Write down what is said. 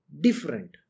different